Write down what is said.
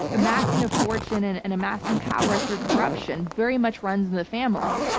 amassing a fortune and and amassing power through corruption very much runs in the family.